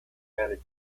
managed